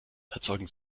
erzeugen